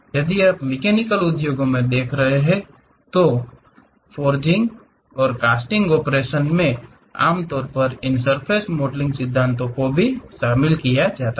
यदि आप मैकेनिकल उद्योगों को देख रहे हैं तो फोर्जिंग और कास्टिंग ऑपरेशन में आमतौर पर इन सर्फ़ेस मॉडलिंग सिद्धांतों को शामिल किया जाता है